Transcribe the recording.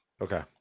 Okay